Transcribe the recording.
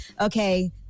okay